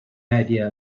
idea